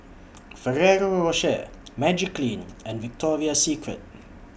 Ferrero Rocher Magiclean and Victoria Secret